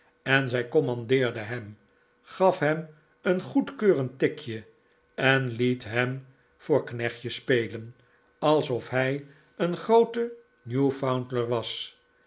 en zij commandeerde hem gaf hem een goedkeurend tikje en liet hem voor knechtje spelen alsof hij een groote newfoundlander was